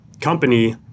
company